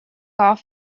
off